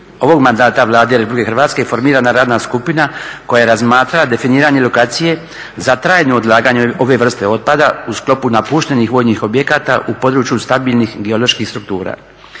ovog mandata Vlade Republike Hrvatske formirana radna skupina koja je razmatrala definiranje lokacije za trajno odlaganje ove vrste otpada u sklopu napuštenih vojnih objekata u području stabilnih geoloških struktura.